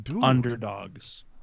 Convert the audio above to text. underdogs